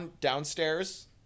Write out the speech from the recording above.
downstairs